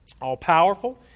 all-powerful